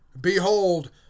behold